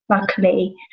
luckily